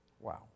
Wow